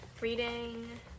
Reading